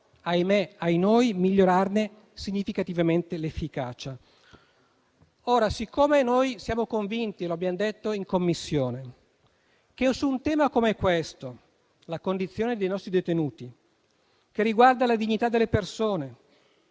ahimè, ahinoi - migliorarne significativamente l'efficacia. Ora, noi siamo convinti - e lo abbiamo detto in Commissione - che su un tema come questo, la condizione dei nostri detenuti, che riguarda la dignità delle persone,